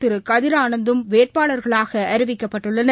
திருகதிர் ஆனந்தும் வேட்பாளர்களாகஅறிவிக்கப்பட்டுள்ளனர்